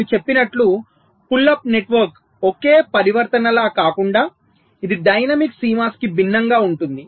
నేను చెప్పినట్లు pull up network ఒకే పరివర్తన లా కాకుండా ఇది డైనమిక్ CMOS కి భిన్నంగా ఉంటుంది